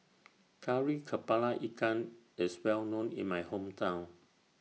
Kari Kepala Ikan IS Well known in My Hometown